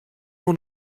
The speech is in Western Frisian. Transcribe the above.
oan